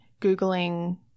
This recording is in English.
Googling